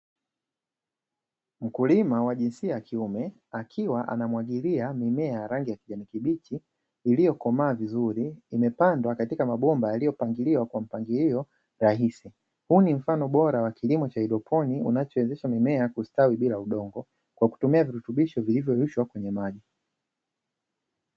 Mkulima wa jinsia ya kiume akiwa anamwagilia mimea ya rangi ya kijani kibichi, iliyokomaa vizuri imepandwa katika mabomba yaliyopangiliwa kwa mapngirio rahisi, huu ni mfano bora wa kilimo cha haidroponi kinachowezesha mimea kustawi bila udongo, kwa kutumia virutubisho vilivyoyeyushwa kwenye maji.